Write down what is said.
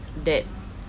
that